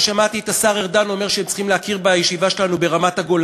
שמעתי את השר ארדן אומר שהם צריכים להכיר בישיבה שלנו ברמת-הגולן,